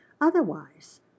Otherwise